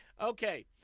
Okay